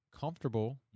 comfortable